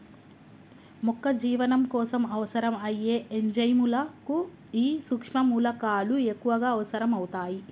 మొక్క జీవనం కోసం అవసరం అయ్యే ఎంజైముల కు ఈ సుక్ష్మ మూలకాలు ఎక్కువగా అవసరం అవుతాయి